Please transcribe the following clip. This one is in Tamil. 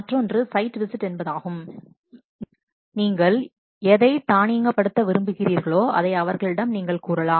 மற்றொன்று சைட் விசிட் என்பதாகும் எதை நீங்கள் தானியங்கபடுத்த விரும்புகிறீர்களோ அதை அவர்களிடம் நீங்கள் கூறலாம்